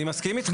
אני מסכים איתך,